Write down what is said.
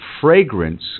fragrance